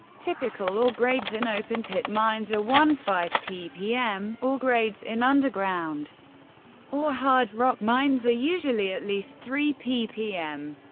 typical ore grades in open-pit mines are one five ppm ore grades in underground or hard rock mines are usually at least three ppm.